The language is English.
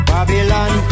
Babylon